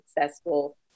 successful